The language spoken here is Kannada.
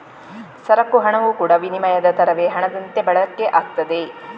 ಸರಕು ಹಣವು ಕೂಡಾ ವಿನಿಮಯದ ತರವೇ ಹಣದಂತೆ ಬಳಕೆ ಆಗ್ತದೆ